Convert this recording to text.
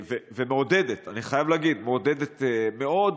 ומעודדת, אני חייב להגיד, מעודדת מאוד.